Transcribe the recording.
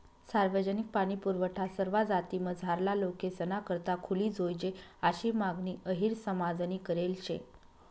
सार्वजनिक पाणीपुरवठा सरवा जातीमझारला लोकेसना करता खुली जोयजे आशी मागणी अहिर समाजनी करेल शे